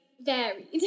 varied